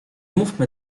mówmy